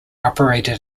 operated